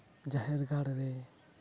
ᱡᱟᱦᱮᱨ ᱜᱟᱲ ᱨᱮ